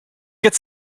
get